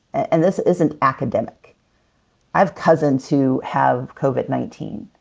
and this isn't academic. i have cousins who have covid nineteen.